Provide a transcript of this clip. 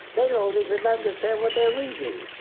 they don't even understand what they're reading.